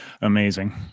amazing